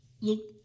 Look